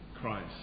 Christ